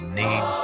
need